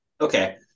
Okay